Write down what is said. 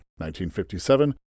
1957